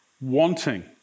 wanting